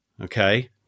okay